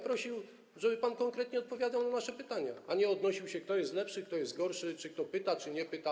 Prosiłbym, żeby pan konkretnie odpowiadał na nasze pytania, a nie odnosił się do tego, kto jest lepszy, kto jest gorszy, kto pyta czy nie pyta.